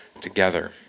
together